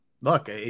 look